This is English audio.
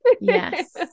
Yes